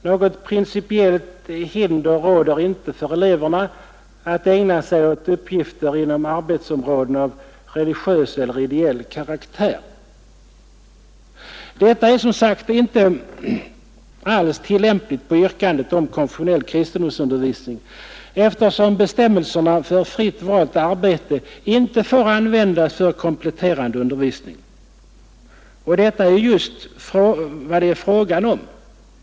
Något principiellt hinder råder inte för eleverna att ägna sig åt uppgifter inom arbetsområden av religiös eller ideell karaktär.” Detta är som sagt inte alls tillämpligt på yrkandet om konfessionell kristendomsundervisning, eftersom bestämmelserna för fritt valt arbete inte är tillämpliga för kompletterande undervisning. Och detta är just vad det är fråga om.